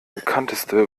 bekannteste